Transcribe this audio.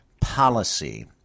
policy